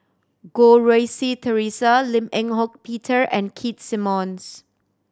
Goh Rui Si Theresa Lim Eng Hock Peter and Keith Simmons